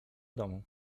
domu